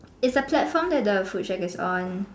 is a platform that the food shack is on